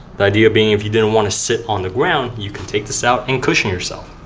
the idea being if you didn't want to sit on the ground, you can take this out and cushion yourself.